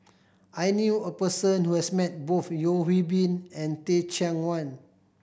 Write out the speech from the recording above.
I knew a person who has met both Yeo Hwee Bin and Teh Cheang Wan